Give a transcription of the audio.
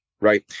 right